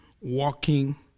walking